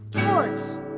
sports